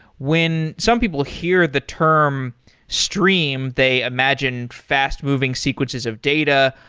when some people hear the term stream, they imagine fast-moving sequences of data,